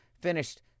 finished